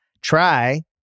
Try